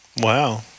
Wow